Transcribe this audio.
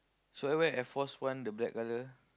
should I wear Air Force One the black colour